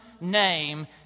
name